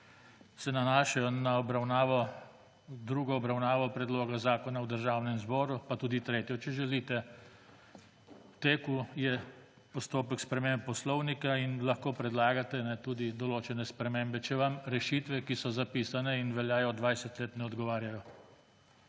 se nanašajo na drugo obravnavo predloga zakona v Državnem zboru, pa tudi tretjo, če želite. V teku je postopek sprememb poslovnika in lahko predlagate tudi določene spremembe, če vam rešitve, ki so zapisane in veljajo 20 let, ne odgovarjajo.